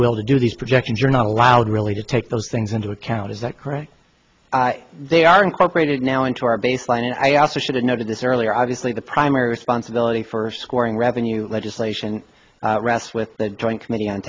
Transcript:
will to do these projections you're not allowed really to take those things into account is that correct they are incorporated now into our baseline and i also should have noted this earlier obviously the primary responsibility for scoring revenue legislation rests with the joint committee on